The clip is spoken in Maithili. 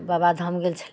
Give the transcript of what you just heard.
बाबा धाम गेल छलियै